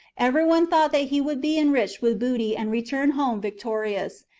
everyone thought that he would be enriched with booty and return home victorious,